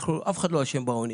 אף אחד לא אשם בעוני.